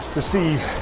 receive